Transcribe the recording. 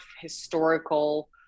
historical